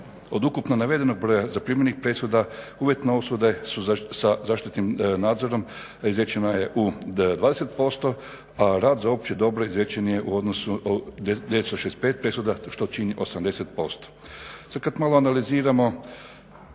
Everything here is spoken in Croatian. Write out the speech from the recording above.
Od ukupno navedenog broja zaprimljenih presuda uvjetna osuda su sa zaštitnim nadzorom, a izrečeno je u 20%, a rad za opće dobro izrečen je u odnosu 965 presuda što čini 80%. Sada kada malo analiziramo